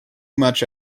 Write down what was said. much